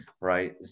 right